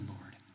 Lord